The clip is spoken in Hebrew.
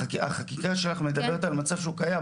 החקיקה שלך מדברת על מצב שהוא קיים,